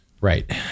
Right